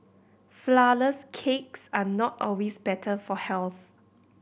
flourless cakes are not always better for health